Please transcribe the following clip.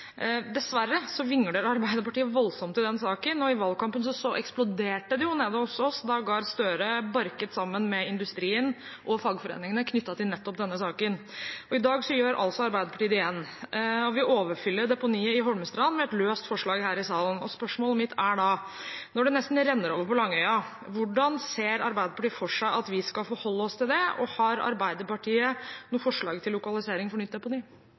Dessverre vingler Arbeiderpartiet voldsomt i den saken. I valgkampen eksploderte det nede hos oss da Gahr Støre barket sammen med industrien og fagforeningene knyttet til nettopp denne saken. I dag gjør altså Arbeiderpartiet det igjen, og vil overfylle deponiet i Holmestrand ved et løst forslag her i salen. Spørsmålet mitt er da: Når det nesten renner over på Langøya, hvordan ser Arbeiderpartiet for seg at vi skal forholde oss til det, og har Arbeiderpartiet noe forslag til lokalisering av nytt deponi? Regjeringen har ansvaret for å finne en løsning når deponiet på